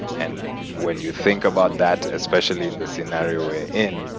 and when you think about that, especially in the scenario we're in,